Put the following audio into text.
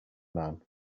man